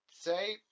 Say